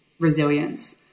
resilience